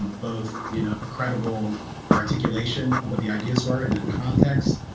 both, you know a credible articulation of what the ideas were in that context?